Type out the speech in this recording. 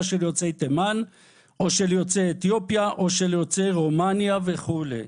של יוצאי תימן או של יוצאי אתיופיה או יוצאי רומניה וכולי.